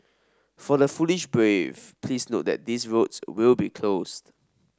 for the foolish brave please note that these roads will be closed